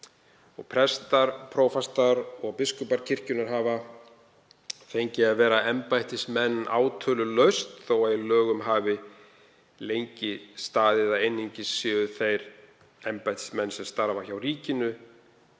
Prestar, prófastar og biskupar kirkjunnar hafa fengið að vera embættismenn átölulaust þó að í lögum hafi lengi staðið að einungis séu þeir embættismenn sem starfa hjá ríkinu